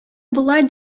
болай